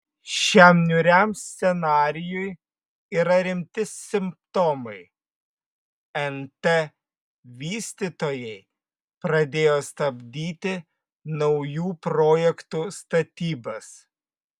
šiam niūriam scenarijui yra rimti simptomai nt vystytojai pradėjo stabdyti naujų projektų statybas